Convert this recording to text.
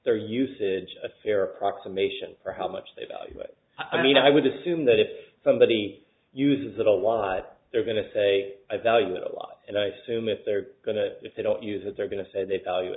their usage a fair approximation for how much they value it i mean i would assume that if somebody uses that a lot they're going to say i value it a lot and i assume if they're going to if they don't use it they're going to say they value